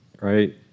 right